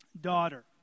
daughter